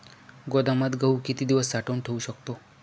गोदामात गहू किती दिवस साठवून ठेवू शकतो?